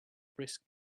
brisk